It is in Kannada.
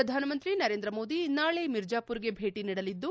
ಪ್ರಧಾನಮಂತ್ರಿ ನರೇಂದ್ರ ಮೋದಿ ನಾಳೆ ಮಿರ್ಜಾಪುರ್ಗೆ ಭೇಟ ನೀಡಲಿದ್ದು